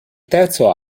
terzo